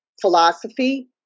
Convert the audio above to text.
philosophy